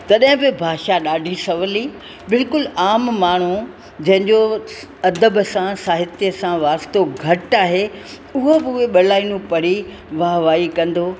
तॾहिं बि भाषा ॾाढी सवली बिल्कुलु आम माण्हू जंहिंजो अदब सां साहित्य सां वास्तो घटि आहे उहो बि हो ॿ लाइनूं पढ़ी वाह वाही कंदो